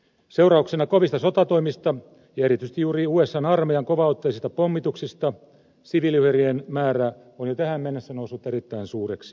seurauksena kovista sotatoimista ja erityisesti juuri usan armeijan kovaotteisista pommituksista siviiliuhrien määrä on jo tähän mennessä noussut erittäin suureksi